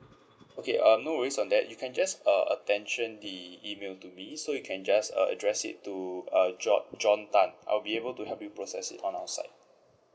okay um no worries on that you can just uh attention the email to me so you can just uh address it to uh jo~ john tan I'll be able to help you process it on our site